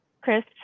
Chris